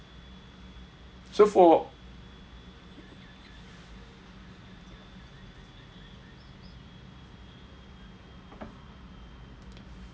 so for